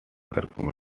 commercial